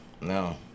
No